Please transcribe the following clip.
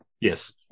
Yes